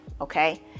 okay